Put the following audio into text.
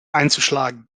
einzuschlagen